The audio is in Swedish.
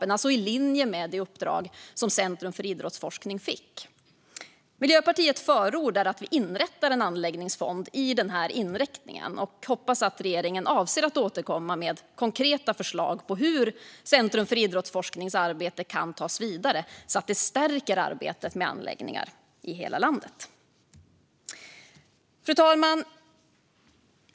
Det är alltså i linje med det uppdrag som Centrum för idrottsforskning fick. Miljöpartiet förordar att vi inrättar en anläggningsfond med denna inriktning, och vi hoppas att regeringen avser att återkomma med konkreta förslag på hur Centrum för idrottsforsknings arbete kan tas vidare så att det stärker arbetet med anläggningar i hela landet. Fru talman!